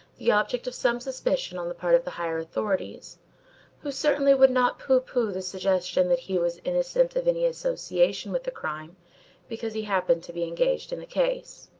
the object of some suspicion on the part of the higher authorities who certainly would not pooh-pooh the suggestion that he was innocent of any association with the crime because he happened to be engaged in the case.